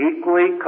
Equally